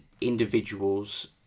individuals